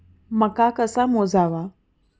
मका कसा मोजावा?